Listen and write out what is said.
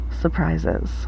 surprises